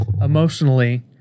Emotionally